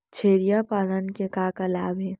छेरिया पालन के का का लाभ हे?